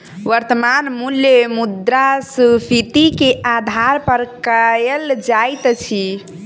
वर्त्तमान मूल्य मुद्रास्फीति के आधार पर कयल जाइत अछि